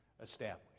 established